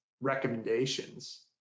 recommendations